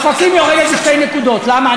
אופקים יורדת בשתי נקודות, למה?